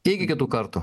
iki kitų kartų